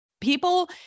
People